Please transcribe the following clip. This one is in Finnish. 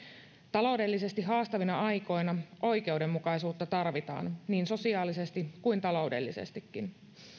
taloudellisesti haastavina aikoina oikeudenmukaisuutta tarvitaan niin sosiaalisesti kuin taloudellisestikin